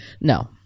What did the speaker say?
No